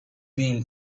been